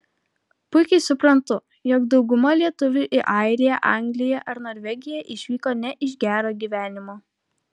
puikiai suprantu jog dauguma lietuvių į airiją angliją ar norvegiją išvyko ne iš gero gyvenimo